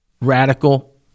radical